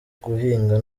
guhiga